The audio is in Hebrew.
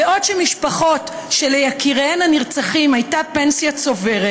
בעוד משפחות שליקיריהן הנרצחים הייתה פנסיה צוברת